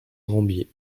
gambier